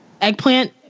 eggplant